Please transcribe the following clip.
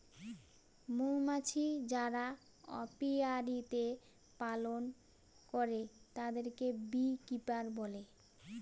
মৌমাছি যারা অপিয়ারীতে পালন করে তাদেরকে বী কিপার বলে